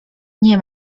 nie